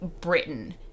Britain